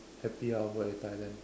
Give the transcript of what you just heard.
happy hour at Thailand